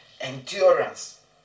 endurance